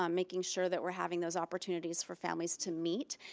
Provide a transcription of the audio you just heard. um making sure that we're having those opportunities for families to meet.